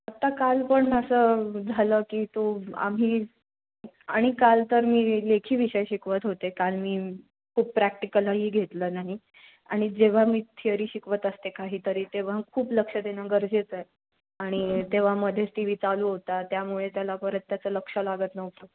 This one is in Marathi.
आता काल पण असं झालं की तो आम्ही आणि काल तर मी लेखी विषय शिकवत होते काल मी खूप प्रॅक्टिकलही घेतलं नाही आणि जेव्हा मी थिअरी शिकवत असते काहीतरी तेव्हा खूप लक्ष देणं गरजेचं आहे आणि तेव्हा मध्येच टी वी चालू होता त्यामुळे त्याला परत त्याचं लक्ष लागत नव्हतं